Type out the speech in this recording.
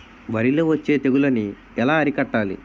వరిలో వచ్చే తెగులని ఏలా అరికట్టాలి?